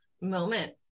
moment